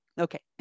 Okay